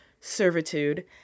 servitude